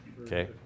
Okay